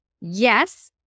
yes